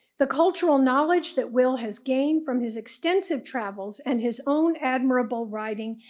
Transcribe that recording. the cultural knowledge that will has gained from his extensive travels and his own admirable writing,